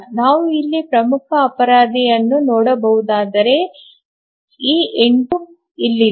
ನಾವು ಇಲ್ಲಿ ಪ್ರಮುಖ ಅಪರಾಧಿಯನ್ನು ನೋಡಬಹುದಾದರೆ ಈ 8 ಇಲ್ಲಿದೆ